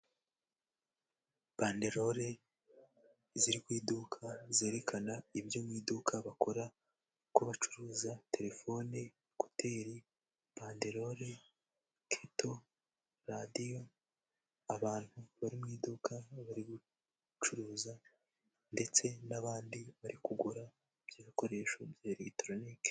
Banderore ziri ku iduka zerekana ibyo mu iduka bakora, uko bacuruza telefone, ekuteri, banderore, keto, radiyo, abantu bari mu iduka barimo gucuruza ndetse n'abandi bari kugura ibyo bikoresho bya elegitoronike.